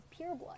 pureblood